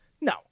no